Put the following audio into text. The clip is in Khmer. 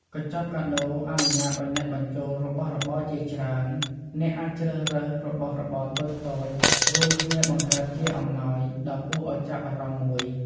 កញ្ចប់កាដូអនុញ្ញាតឱ្យអ្នកបញ្ចូលរបស់របរជាច្រើន អ្នកអាចជ្រើសរើសរបស់របរតូចៗ រួមគ្នាបង្កើតជាអំណោយដ៏គួរឱ្យចាប់អារម្មណ៍មួយ។